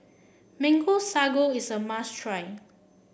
Mango Sago is a must try